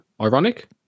ironic